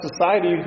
society